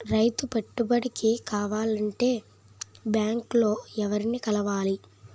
రైతు పెట్టుబడికి కావాలంటే బ్యాంక్ లో ఎవరిని కలవాలి?